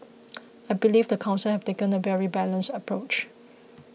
I believe the Council has taken a very balanced approach